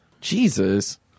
jesus